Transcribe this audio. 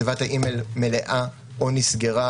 אם תיבת האימייל מלאה או נסגרה,